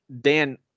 dan